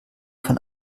von